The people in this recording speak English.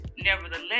nevertheless